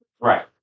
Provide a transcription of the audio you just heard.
Right